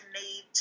need